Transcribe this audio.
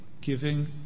giving